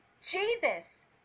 Jesus